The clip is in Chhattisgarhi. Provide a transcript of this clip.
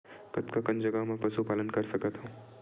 कतका कन जगह म पशु पालन कर सकत हव?